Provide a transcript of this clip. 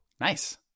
nice